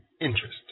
interest